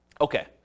Okay